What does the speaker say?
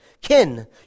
Kin